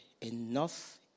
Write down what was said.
Enough